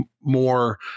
more